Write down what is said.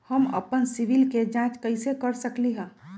हम अपन सिबिल के जाँच कइसे कर सकली ह?